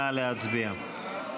נא להצביע.